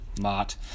Mott